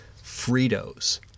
Fritos